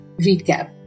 recap